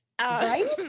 Right